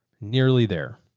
nearly there,